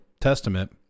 Testament